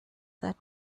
that